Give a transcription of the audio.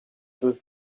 peu